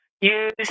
use